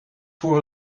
voor